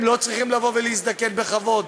הם לא צריכים להזדקן בכבוד?